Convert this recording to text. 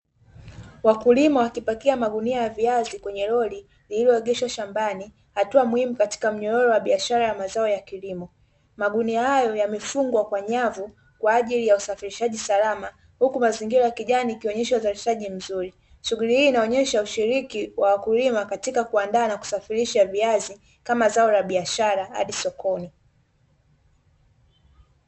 Wakulima wakipakia magunia ya viazi kwenye roli lililoegeshwa shambani, hii ni hatua muhimu katika mnyororo wa biashara ya mazao ya kilimo, magunia hayo yamefungwa kwa nyavu kwaajili ya usafirishaji salama, huku mazingira ya kijani yakionyesha uzalishaji mzuri shughuli hii ikionyesha ushiriki wa wakulima katiika kuanda na kusafirisha viazi kama zao la biashara hadi sokoni.